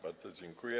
Bardzo dziękuję.